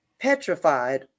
petrified